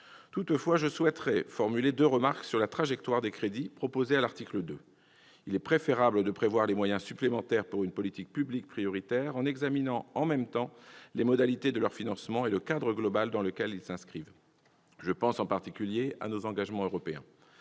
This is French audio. Toutefois, je souhaiterais formuler deux remarques sur la trajectoire des crédits proposée à l'article 2 de la proposition de loi. Il est préférable de prévoir les moyens supplémentaires pour une politique publique prioritaire en examinant, dans le même temps, les modalités de leur financement et le cadre global dans lequel ils s'inscrivent ; je pense en particulier à nos engagements européens.